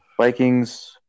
Vikings